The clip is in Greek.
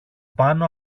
πάνω